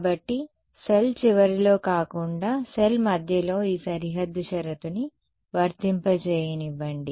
కాబట్టి సెల్ చివరిలో కాకుండా సెల్ మధ్యలో ఈ సరిహద్దు షరతుని వర్తింపజేయనివ్వండి